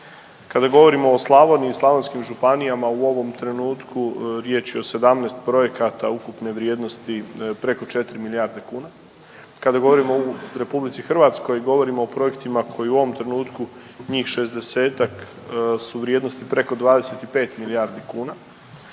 Kada govorimo o Slavoniji i slavonskim županijama u ovom trenutku riječ je o 17 projekata ukupne vrijednosti preko 4 milijarde kuna, kada govorimo o RH govorimo o projektima koji u ovom trenutku njih 60-tak su vrijednosti preko 25 milijardi kuna